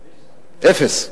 אפס.